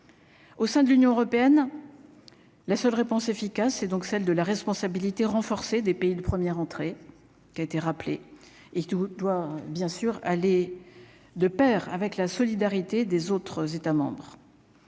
Au sein de l'Union européenne, la seule réponse efficace et donc celle de la responsabilité renforcée des pays de première entrée qui a été rappelé et tout, tu dois bien sûr aller de Pair avec la solidarité des autres États